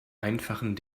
einfachen